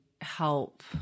help